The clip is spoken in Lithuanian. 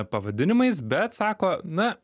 pavadinimais bet sako na